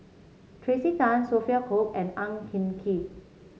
Tracey Tan Sophia Cooke and Ang Hin Kee